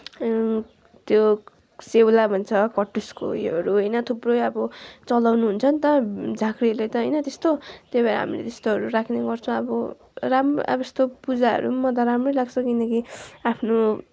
त्यो सेउला भन्छ कटुसको उयोहरू होइन थुप्रै अब चलाउनु हुन्छ नि त झाँक्रीहरूले त होइन त्यस्तो त्यही भएर हामीले त्यस्तोहरू राख्ने गर्छौँ अब राम्रो अब यस्तो पूजाहरू पनि म त राम्रै लाग्छ किनकि आफ्नो